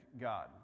God